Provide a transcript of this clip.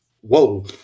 whoa